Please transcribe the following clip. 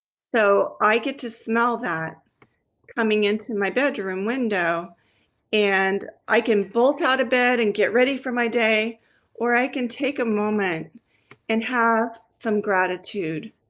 so i get to smell that coming into my bedroom window and i can bolt out of bed and get ready for my day or i can take a moment and have some gratitude.